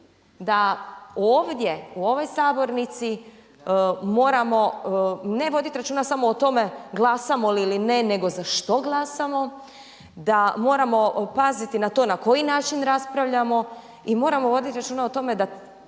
da ovdje u ovoj sabornici moramo ne voditi računa samo o tome glasamo li ili ne nego za što glasamo. Da moramo paziti na to na koji način raspravljamo i moramo voditi računa o tome da